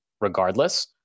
regardless